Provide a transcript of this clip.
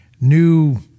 new